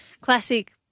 classic